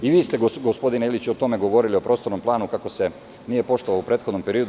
I vi ste gospodine Iliću o tome govorili, o prostornom planu, kako se nije poštovao u prethodnom periodu.